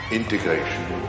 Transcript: integration